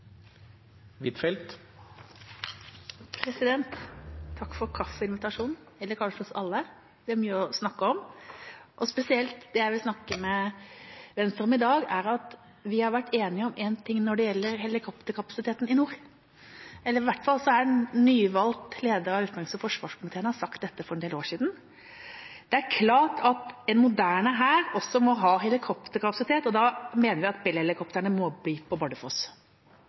mye å snakke om. Det jeg spesielt vil snakke med Venstre om i dag, er at vi har vært enige om én ting når det gjelder helikopterkapasiteten i nord. I hvert fall har nyvalgt medlem av utenriks- og forsvarskomiteen sagt dette for en del år siden: «Det er klart at en moderne hær også må ha helikopterkapasitet, og vi mener derfor at Bell-helikoptrene må få bli i Bardufoss.»